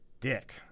Dick